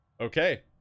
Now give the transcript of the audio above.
okay